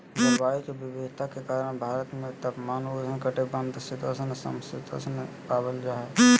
जलवायु के विविधता के कारण भारत में तापमान, उष्ण उपोष्ण शीतोष्ण, सम शीतोष्ण पावल जा हई